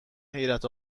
حیرت